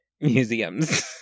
museums